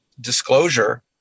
disclosure